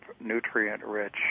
nutrient-rich